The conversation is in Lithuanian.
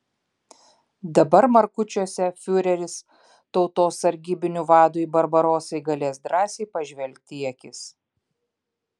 dabar markučiuose fiureris tautos sargybinių vadui barbarosai galės drąsiai pažvelgti į akis